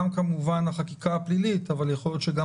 גם כמובן החקיקה הפלילית אבל יכול להיות שגם